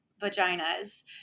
vaginas